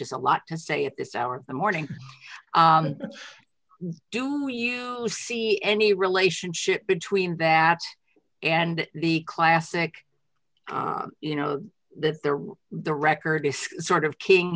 is a lot to say at this hour of the morning do you see any relationship between that and the classic you know that there the record is sort of king